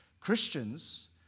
Christians